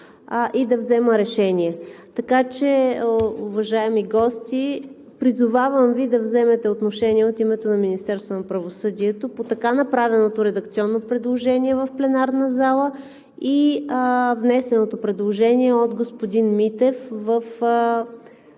и да взема решение. Така че, уважаеми гости, призовавам Ви да вземете отношение от името на Министерството на правосъдието по така направеното редакционно предложение в пленарната зала и внесеното предложение от господин Митев в